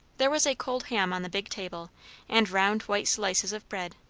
there was a cold ham on the big table and round white slices of bread,